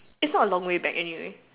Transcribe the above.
it's not a long way back anyway